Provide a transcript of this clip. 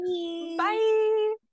bye